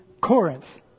Corinth